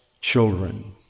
children